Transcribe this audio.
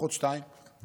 לפחות שתי דרכים,